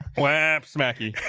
laughs macky